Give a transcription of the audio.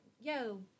yo